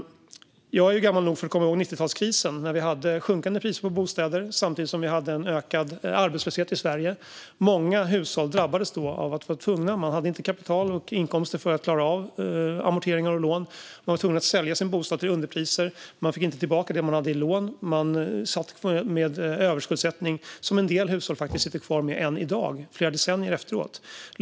Jag är gammal nog att komma ihåg 90-talskrisen, när vi hade sjunkande priser på bostäder samtidigt som vi hade en ökande arbetslöshet i Sverige. Många hushåll drabbades då av att inte ha något kapital eller inkomster nog att klara av amorteringarna på lånen, utan de blev tvungna att sälja sina bostäder till underpriser. De fick inte tillbaka det de hade i lån utan blev sittande med en överskuldsättning - som en del hushåll faktiskt sitter kvar med än i dag, flera decennier efteråt.